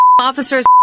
officers